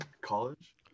college